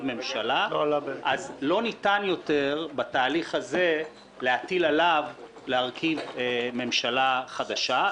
ממשלה לא ניתן יותר בתהליך הזה להטיל עליו להרכיב ממשלה חדשה,